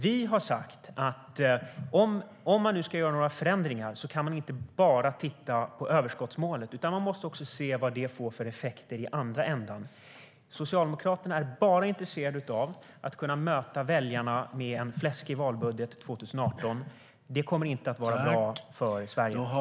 Vi har sagt att om man nu ska göra några förändringar kan man inte bara titta på överskottsmålet utan också måste se vad det får för effekter i andra ändan. Socialdemokraterna är bara intresserade av att kunna möta väljarna med en fläskig valbudget för 2018. Det kommer inte att vara bra för Sverige.